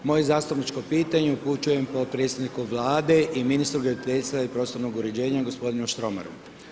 Moje zastupničko pitanje upućujem podpredsjedniku Vlade i ministru graditeljstva i prostornog uređenja, gospodinu Štromaru.